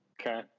Okay